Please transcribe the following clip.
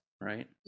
right